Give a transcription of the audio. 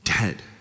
dead